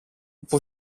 που